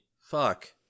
fuck